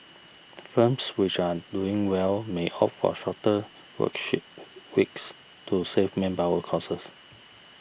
firms which are doing well may opt for shorter work sheet weeks to save manpower causes